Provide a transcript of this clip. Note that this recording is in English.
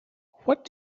what